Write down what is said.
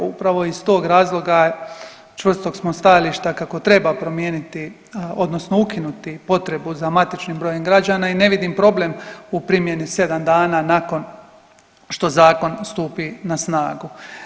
Upravo iz tog razloga čvrstog smo stajališta kako treba promijeniti odnosno ukinuti potrebu za matičnim brojem građana i ne vidim problem u primjeni 7 dana nakon što zakon stupi na snagu.